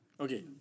Okay